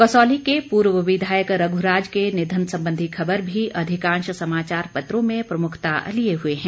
कसौली के पूर्व विधायक रघुराज का निधन संबंधी खबर भी अधिकांश समाचार पत्रों में प्रमुखता लिए हुए है